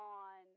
on